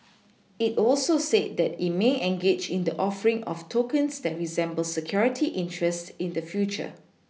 it also said that it may engage in the offering of tokens that resemble security interests in the future